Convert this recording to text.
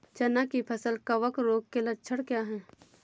चना की फसल कवक रोग के लक्षण क्या है?